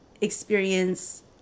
experience